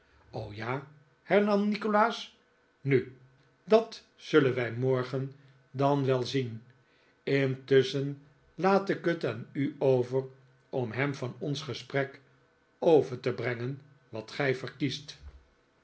ja hernam nikolaas nu dat zullen wij morgen dan wel zien intusschen laat ik het aan u over om hem van ons gesprek over te brengen wat gij verkiest